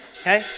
okay